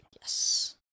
Yes